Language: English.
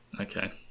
Okay